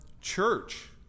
church